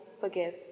forgive